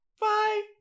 Bye